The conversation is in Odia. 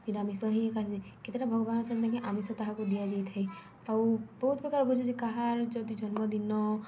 ନିରାମିଷ ହିଁ ଏକା କେତେଟା ଭଗ୍ବାନ୍ ଅଛନ୍ ନିକେଁ ଆମିଷ ତାହାକୁ ଦିଆଯାଇଥାଏ ଆଉ ବହୁତ ପ୍ରକାର ଭୁଜି ଅଛେ କାହାର୍ ଯଦି ଜନ୍ମଦିନ